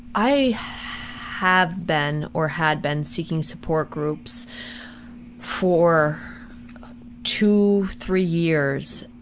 i have been, or had been seeking support groups for two, three years.